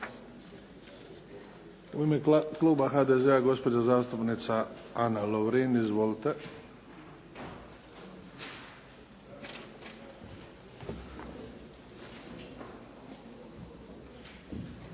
U ime kluba HDZ-a, gospođa zastupnica Ana Lovrin. Izvolite.